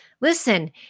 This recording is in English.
listen